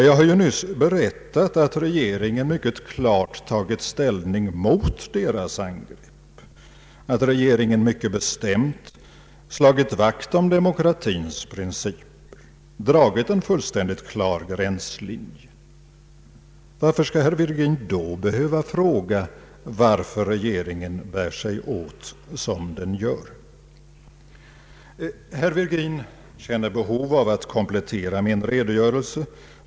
Jag har ju nyss berättat att regeringen mycket klart tagit ställning mot deras angrepp, att regeringen mycket bestämt slagit vakt om demokratins principer och dragit en fullständigt klar gränslinje. Varför skall herr Virgin då behöva fråga, varför regeringen bär sig åt som den gör? Herr Bohman kände behov av att komplettera mitt anförande med en redogörelse.